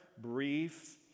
brief